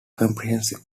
comprehensive